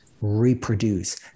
reproduce